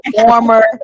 former